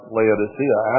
Laodicea